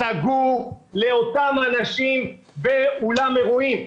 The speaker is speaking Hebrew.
סגור לאותם אנשים באולם אירועים.